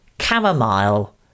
chamomile